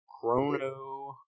Chrono